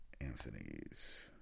Anthony's